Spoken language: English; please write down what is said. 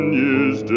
years